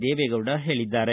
ದೇವೆಗೌಡ ಹೇಳಿದ್ದಾರೆ